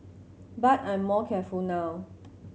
but I'm more careful now